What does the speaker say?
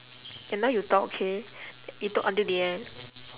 ya now you talk okay you talk until the end